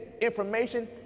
information